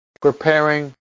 preparing